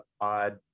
odd